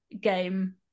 game